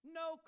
no